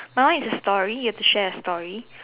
my one is a story you have to share a story